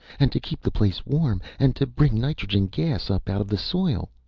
and to keep the place warm. and to bring nitrogen gas up out of the soil.